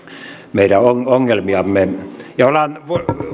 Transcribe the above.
meidän ongelmiamme olemme